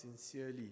sincerely